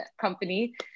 company